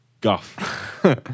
guff